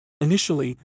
Initially